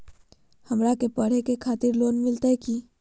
हमरा के पढ़े के खातिर लोन मिलते की?